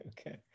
Okay